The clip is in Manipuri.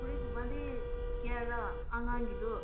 ꯐꯨꯔꯤꯠꯀꯨꯝꯕꯗꯤ ꯀꯌꯥꯔ ꯑꯉꯥꯡꯒꯤꯗꯣ